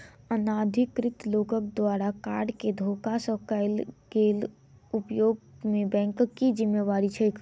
अनाधिकृत लोकक द्वारा कार्ड केँ धोखा सँ कैल गेल उपयोग मे बैंकक की जिम्मेवारी छैक?